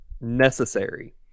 Necessary